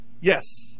Yes